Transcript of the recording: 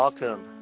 Welcome